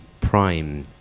prime